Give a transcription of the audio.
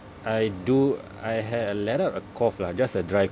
I do I had I let out a cough lah just a dry